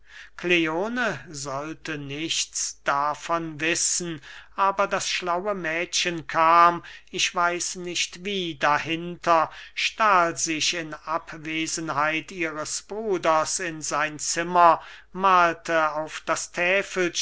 kleone sollte nichts davon wissen aber das schlaue mädchen kam ich weiß nicht wie dahinter stahl sich in abwesenheit ihres bruders in sein zimmer mahlte auf das